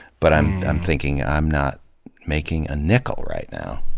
but i'm i'm thinking, i'm not making a nickel right now.